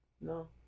No